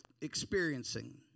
experiencing